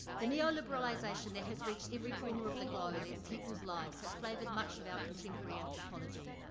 the neoliberalization that has reached every corner of the globe and people's lives, has flavored much of our contemporary anthropology.